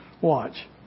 Watch